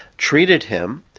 treated him,